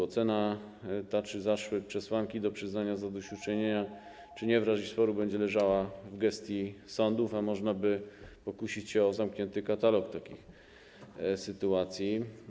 Ocena, czy zaszły przesłanki do przyznania zadośćuczynienia, czy nie, w razie sporu będzie leżała w gestii sądów, a można by pokusić się o zamknięty katalog takich sytuacji.